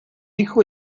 hijo